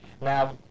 Now